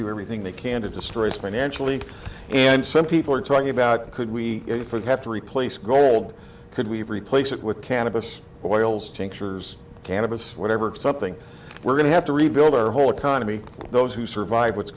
do everything they can to destroy as financially and some people are talking about could we have to replace gold could we replace it with cannabis oils tinctures cannabis whatever it's something we're going to have to rebuild our whole economy those who survive what's